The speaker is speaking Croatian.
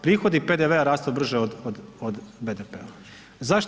Prihodi PDV-a rastu brže od BDP-a.